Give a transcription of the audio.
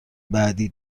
بعدی